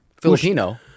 filipino